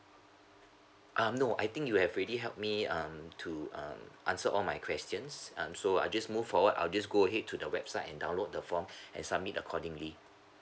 um no I think you have already help me um to um answer all my questions um so I just move forward I'll just go ahead to the website and download the form and submit accordingly